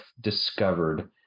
discovered